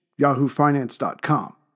yahoofinance.com